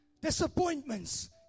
disappointments